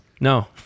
No